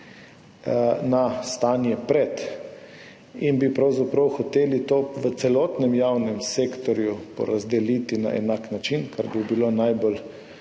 na stanje pred tem in bi pravzaprav hoteli to v celotnem javnem sektorju porazdeliti na enak način, kar bi bilo najbolj